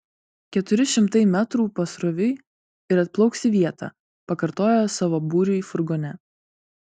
keturi šimtai metrų pasroviui ir atplauks į vietą pakartojo savo būriui furgone